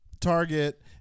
Target